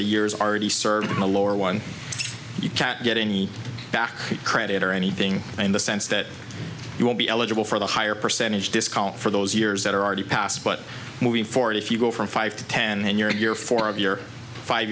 the years already served in the lower one you can't get any back credit or anything in the sense that you will be eligible for the higher percentage discount for those years that are already passed but moving forward if you go from five to ten then your year four of your five